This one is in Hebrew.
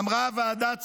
אמרה ועדת צדוק.